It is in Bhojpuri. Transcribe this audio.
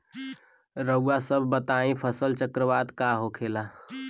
रउआ सभ बताई फसल चक्रवात का होखेला?